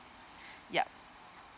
yup